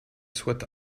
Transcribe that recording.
soit